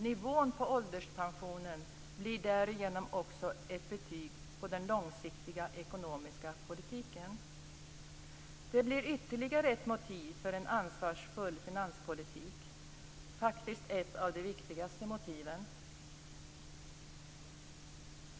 Nivån på ålderspensionen blir därigenom också ett betyg på den långsiktiga ekonomiska politiken. Det blir ytterligare ett motiv för en ansvarsfull finanspolitik - faktiskt ett av de viktigaste motiven.